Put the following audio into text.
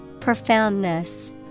Profoundness